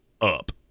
up